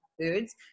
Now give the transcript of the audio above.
foods